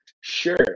Sure